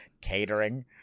catering